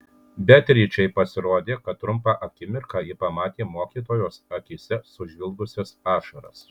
beatričei pasirodė kad trumpą akimirką ji pamatė mokytojos akyse sužvilgusias ašaras